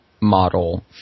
model